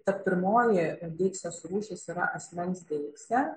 tad pirmoji deiksės rūšis yra asmens deiksė